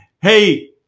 hey